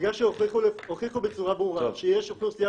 בגלל שהוכיחו בצורה ברורה שיש אוכלוסייה